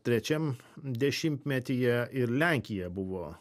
trečiam dešimtmetyje ir lenkija buvo